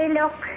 look